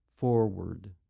Forward